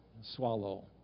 swallow